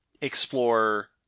explore